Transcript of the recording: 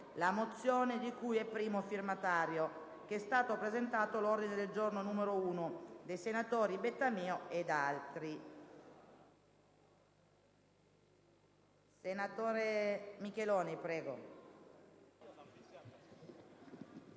la mozione di cui è primo firmatario e che è stato presentato l'ordine del giorno G1 dei senatori Bettamio ed altri.